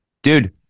Dude